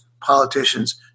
politicians